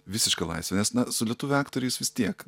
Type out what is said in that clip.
visiška laisve nes na su lietuvių aktoriais vis tiek